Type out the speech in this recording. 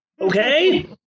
okay